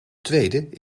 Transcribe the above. tweede